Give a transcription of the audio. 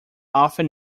often